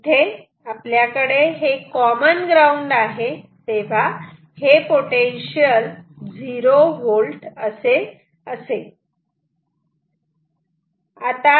इथे आपल्याकडे हे कॉमन ग्राउंड आहे तेव्हा हे पोटेन्शियल झिरो होल्ट असे असेल